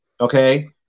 Okay